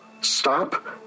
Stop